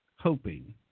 hoping